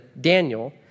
Daniel